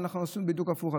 אבל עשו בדיוק הפוך,